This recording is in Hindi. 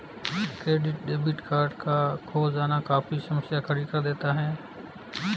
क्रेडिट डेबिट कार्ड का खो जाना काफी समस्या खड़ी कर देता है